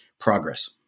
progress